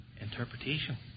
interpretation